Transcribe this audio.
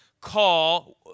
call